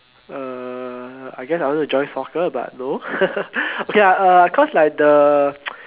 uh I guess I want to join soccer but no okay lah uh cause like the